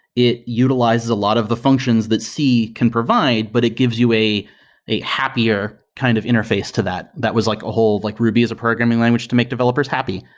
it utilizes a lot of the functions that c can provide, but it gives you a a happier kind of interface to that. that was like a whole like ruby is a programming language to make developers happy,